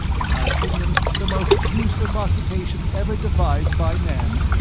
in my opinion the most useless occupation ever devised by man.